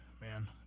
man